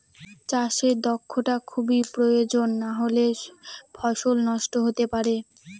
চাষে দক্ষটা খুবই প্রয়োজন নাহলে ফসল নষ্ট হতে পারে